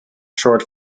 short